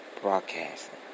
Broadcasting